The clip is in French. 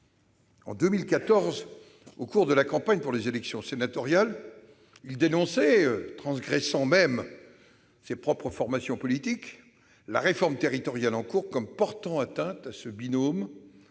En 2014, au cours de la campagne pour les élections sénatoriales, il dénonçait, transgressant même le périmètre établi par sa propre formation politique, la réforme territoriale en cours comme portant atteinte à ce binôme